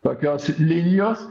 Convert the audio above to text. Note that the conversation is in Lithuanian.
tokios linijos